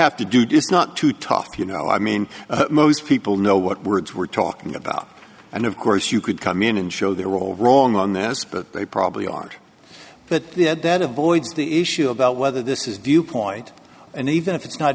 have to do just not to talk you know i mean most people know what words we're talking about and of course you could come in and show they're all wrong on this but they probably aren't but we had that avoids the issue about whether this is viewpoint and even if it's not